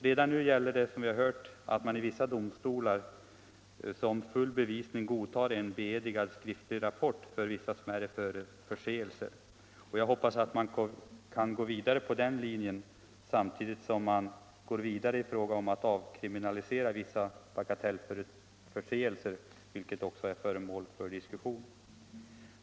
Redan nu gäller, som vi har hört, att man i vissa domstolar som full bevisning godtar en beedigad skriftlig rapport för vissa smärre förseelser. Jag hoppas att man kan fortsätta på den linjen samtidigt som man går vidare i fråga om att avkriminalisera vissa bagatellförseelser, vilket också är föremål för diskussion.